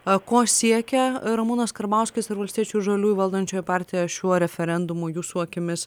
a ko siekia ramūnas karbauskis ir valstiečių žaliųjų valdančioji partija šiuo referendumu jūsų akimis